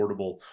affordable